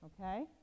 okay